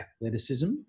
athleticism